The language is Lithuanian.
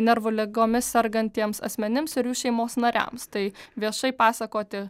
nervų ligomis sergantiems asmenims ir jų šeimos nariams tai viešai pasakoti